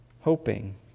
hoping